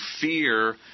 fear